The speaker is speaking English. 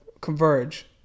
converge